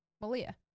Malia